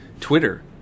Twitter